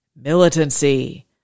militancy